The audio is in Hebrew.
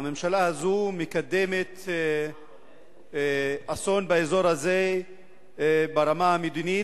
הממשלה הזאת מקדמת אסון באזור הזה ברמה המדינית,